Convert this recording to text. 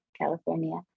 California